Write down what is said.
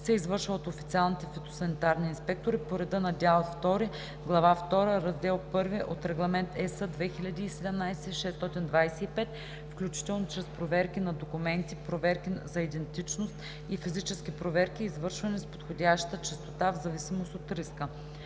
се извършва от официалните фитосанитарни инспектори по реда на дял II, глава II, раздел I от Регламент (ЕС) 2017/625 включително чрез проверки на документи, проверки за идентичност и физически проверки, извършвани с подходяща честота в зависимост от риска.